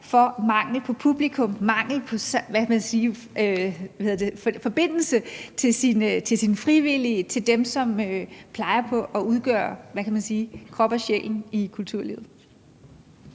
og mangel på, hvad kan man sige, forbindelse til sine frivillige, til dem, der plejer at udgøre kroppen og sjælen i kulturlivet.